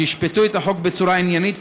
שישפטו את החוק בצורה עניינית,